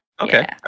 Okay